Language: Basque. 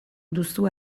duzu